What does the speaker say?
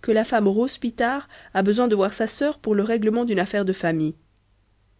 que la femme rose pitard a besoin de voir sa sœur pour le règlement d'une affaire de famille